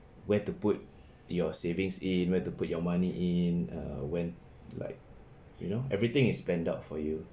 where to put your savings in where to put your money in err when like you know everything is planned out for you